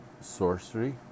sorcery